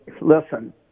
listen